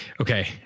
Okay